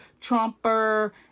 Trumper